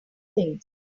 things